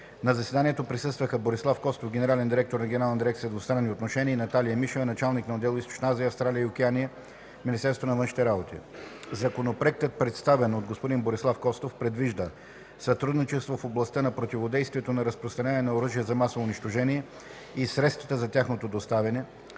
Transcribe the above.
На заседанието присъстваха Борислав Костов – генерален директор на Генерална дирекция „Двустранни отношения”, и Наталия Мишева – началник на отдел „Източна Азия, Австралия и Океания” в Министерството на външните работи. Законопроектът, представен от господин Борислав Костов, предвижда сътрудничество в областта на противодействието на разпространението на оръжия за масово унищожение и средствата за тяхното доставяне,